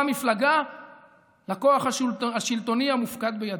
המפלגה לכוח השלטוני המופקד בידיה.